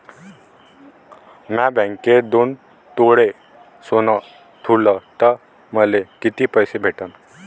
म्या बँकेत दोन तोळे सोनं ठुलं तर मले किती पैसे भेटन